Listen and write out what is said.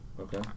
Okay